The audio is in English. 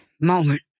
moment